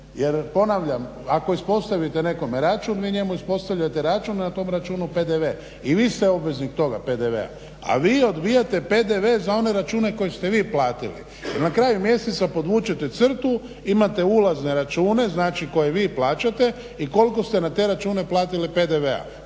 jer ponavljam ako ispostavite nekome račun vi njemu ispostavljate račun i na tom računu PDV. I vi ste obveznik toga PDV-a, a vi odbijate PDV za one račune koje ste vi platili. I na kraju mjeseca podvučete crtu, imate ulazne račune znači koje vi plaćate i koliko ste na te račune platili PDV-a